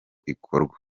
ikorwa